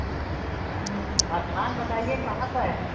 हाँ तो स्थान बताइए कहाँ पर है